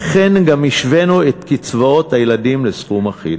וכן, גם השווינו את קצבאות הילדים לסכום אחיד.